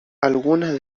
algunas